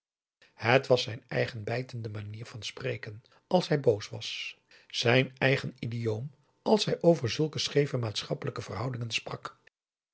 het was zijn eigen bijtende manier van spreken als hij boos was zijn eigen idioom als hij over zulke scheeve maatschappelijke verhoudingen sprak